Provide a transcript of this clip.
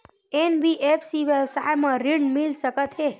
NBFC व्यवसाय मा ऋण मिल सकत हे